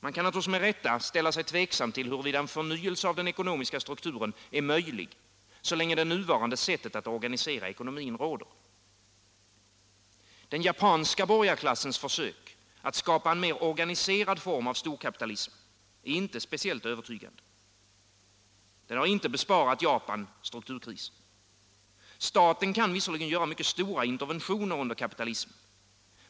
Man kan naturligtvis med rätta ställa sig tveksam till huruvida en förnyelse av den ekonomiska strukturen är möjlig så länge det nuvarande sättet att organisera ekonomin råder. Den japanska borgarklassens försök att skapa en mer organiserad form av storkapitalism är inte speciellt övertygande. Det har inte besparat Japan en strukturkris. Staten kan visserligen göra stora interventioner under kapitalismen.